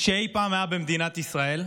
שאי פעם היה במדינת ישראל,